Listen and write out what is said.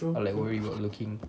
or like worry about looking